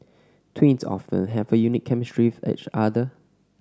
twins often have a unique chemistry with each other